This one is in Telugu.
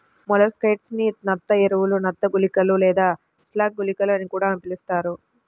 మొలస్సైడ్స్ ని నత్త ఎరలు, నత్త గుళికలు లేదా స్లగ్ గుళికలు అని కూడా పిలుస్తారు